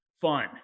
fun